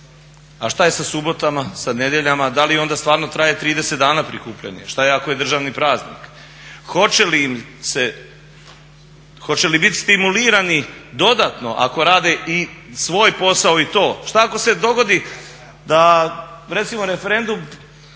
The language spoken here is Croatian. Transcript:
A šta je sa subotama, sa nedjeljama, da li onda stvarno traje 30 dana prikupljanje? Šta je ako je državni praznik? Hoće li im se, hoće li biti stimulirani dodatno ako rade i svoj posao i to, šta ako se dogodi da recimo referendum